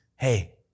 Hey